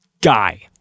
guy